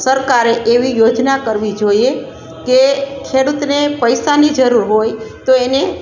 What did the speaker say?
સરકારે એવી યોજના કરવી જોઈએ કે ખેડૂતને પૈસાની જરૂર હોય તો એને